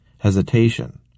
hesitation